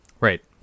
Right